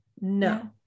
no